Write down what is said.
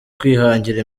kwihangira